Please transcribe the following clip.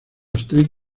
actriz